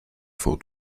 for